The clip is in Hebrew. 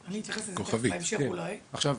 עכשיו,